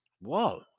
whoa